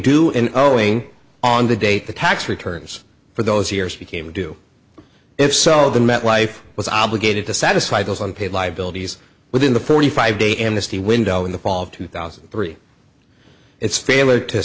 knowing on the date the tax returns for those years became a do if so the metlife was obligated to satisfy those unpaid liabilities within the forty five day amnesty window in the fall of two thousand and three its failure to